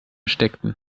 steckten